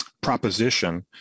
proposition